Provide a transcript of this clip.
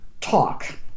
talk